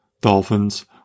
dolphins